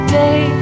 day